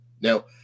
now